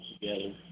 together